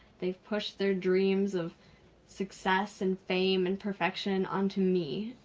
they've pushed their dreams of success and fame and perfection onto me.